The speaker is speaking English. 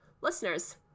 Listeners